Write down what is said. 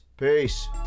Peace